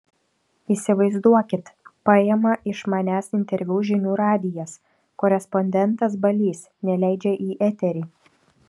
įsivaizduokit paima iš manęs interviu žinių radijas korespondentas balys neleidžia į eterį